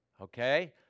okay